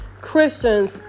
Christians